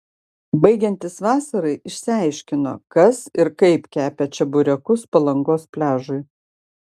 baigiantis vasarai išsiaiškino kas ir kaip kepė čeburekus palangos pliažui